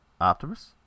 Optimus